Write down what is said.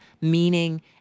meaning